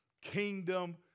kingdom